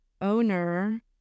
Owner